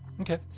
Okay